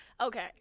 okay